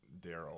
Daryl